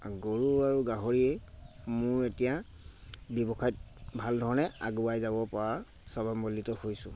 গৰু আৰু গাহৰিয়ে মোৰ এতিয়া ব্যৱসায়ত ভাল ধৰণে আগুৱাই যাব পৰা হৈছোঁ